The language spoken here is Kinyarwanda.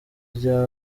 rya